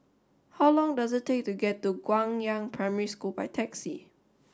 how long does it take to get to Guangyang Primary School by taxi